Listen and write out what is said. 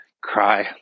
cry